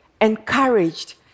encouraged